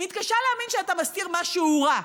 מתקשה להאמין שאתה מסתיר משהו רע,